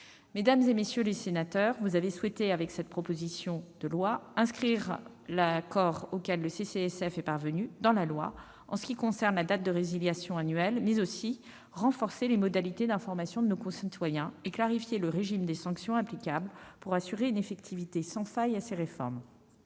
Mesdames, messieurs les sénateurs, vous avez souhaité, avec cette proposition de loi, inscrire dans la loi l'accord auquel le CCSF est parvenu sur la date de résiliation annuelle, mais aussi renforcer les modalités d'information de nos concitoyens et clarifier le régime de sanctions applicables, pour assurer une effectivité sans faille de ces réformes.